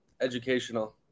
educational